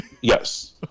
Yes